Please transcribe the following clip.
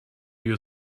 you